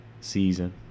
season